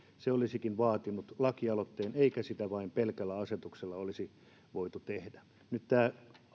se olisikin vaatinut lakiesityksen eikä sitä pelkällä asetuksella olisi voitu tehdä nyt tämä